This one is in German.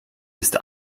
ist